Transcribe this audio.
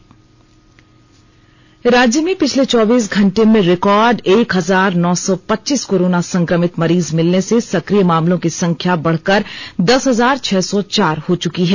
राज्य कोरोना राज्य में पिछले चौबीस घंटे में रिकॉर्ड एक हजार नौ सौ पच्चीस कोरोना संक्रमित मरीज मिलने से सक्रिय मामलों की संख्या बढ़कर दस हजार छह सौ चार हो चुकी है